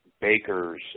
bakers